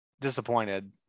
disappointed